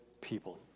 people